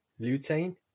lutein